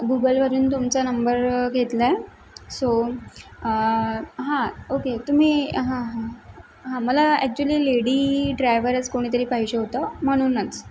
गुगलवरून तुमचा नंबर घेतला सो हा ओके तुम्ही हां हां हां मला ॲक्चुली लेडी ड्रायव्हरच कोणीतरी पाहिजे होतं म्हणूनच